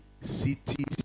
cities